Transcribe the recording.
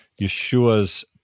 Yeshua's